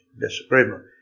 disagreement